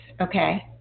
okay